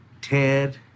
Ted